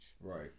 Right